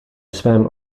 svém